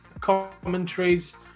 commentaries